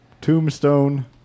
tombstone